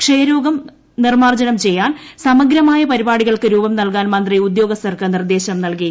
ക്ഷയരോഗം നിർമ്മാർജ്ജനം ചെയ്യാൻ സമഗ്രമായ പരിപാടികൾക്ക് രൂപം നൽകാൻ മന്ത്രി ഉദ്യോഗസ്ഥർക്ക് നിർദ്ദേശം നൽകി